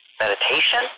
meditation